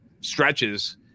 stretches